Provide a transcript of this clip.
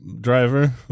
driver